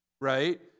right